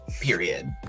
Period